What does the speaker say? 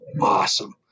awesome